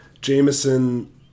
Jameson